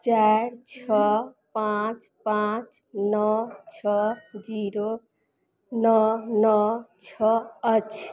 चारि छओ पाँच पाँच नओ छओ जीरो नओ नओ छओ अछि